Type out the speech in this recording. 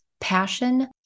passion